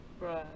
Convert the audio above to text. Right